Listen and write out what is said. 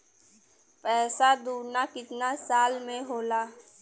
पैसा दूना कितना साल मे होला?